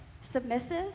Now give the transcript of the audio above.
submissive